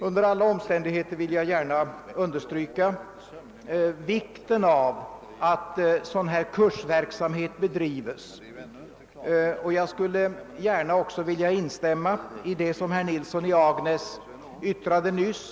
Under alla omständigheter vill jag understryka vikten av att en sådan kursverksamhet kan bedrivas. Jag vill också gärna instämma i vad herr Nilsson i Agnäs yttrade nyss.